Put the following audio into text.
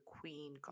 queen